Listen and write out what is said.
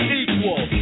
equal